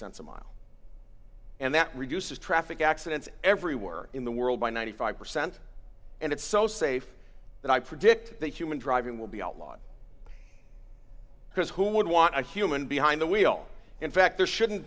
cents a mile and that reduces traffic accidents everywhere in the world by ninety five percent and it's so safe that i predict that human driving will be outlawed because who would want a human behind the wheel in fact there shouldn't